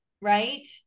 right